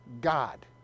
God